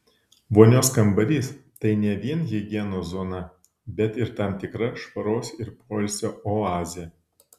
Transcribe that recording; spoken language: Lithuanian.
vonios kambarys tai ne vien higienos zona bet ir tam tikra švaros ir poilsio oazė